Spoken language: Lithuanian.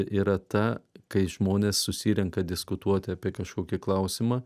yra ta kai žmonės susirenka diskutuoti apie kažkokį klausimą